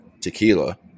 tequila